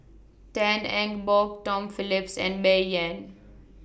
Tan Eng Bock Tom Phillips and Bai Yan